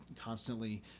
constantly